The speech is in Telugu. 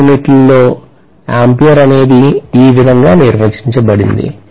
SI యూనిట్స్ లో ఆంపియర్ అనేది ఈ విధంగా నిర్వచించబడింది